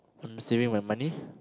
I'm saving my money